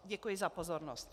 Děkuji za pozornost.